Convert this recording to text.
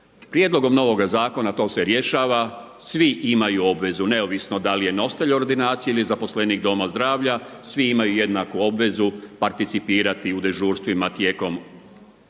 Prijedlogom novoga zakona to se rješava, svi imaju obvezu neovisno da li je nositelj ordinacije ili je zaposlenik doma zdravlja, svi imaju jednaku obvezu participirati u dežurstvima tijekom vikenda,